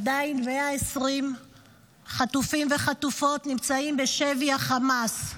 עדיין 120 חטופים וחטופות נמצאים בשבי החמאס.